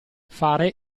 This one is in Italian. fare